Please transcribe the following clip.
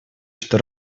что